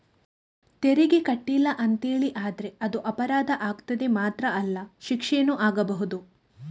ತೆರಿಗೆ ಕಟ್ಲಿಲ್ಲ ಅಂತೇಳಿ ಆದ್ರೆ ಅದು ಅಪರಾಧ ಆಗ್ತದೆ ಮಾತ್ರ ಅಲ್ಲ ಶಿಕ್ಷೆನೂ ಆಗ್ಬಹುದು